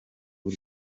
w’u